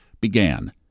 began